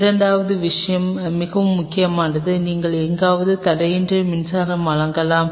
இரண்டாவது விஷயம் மிகவும் முக்கியமானது நீங்கள் எங்காவது தடையின்றி மின்சாரம் வழங்கலாம்